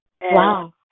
Wow